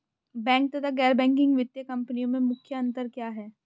Bank तथा गैर banking वित्तीय कंपनियों में मुख्य अंतर क्या है?